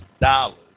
dollars